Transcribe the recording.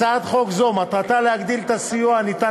הצעת חוק זו מטרתה להגדיל את הסיוע הניתן